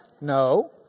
No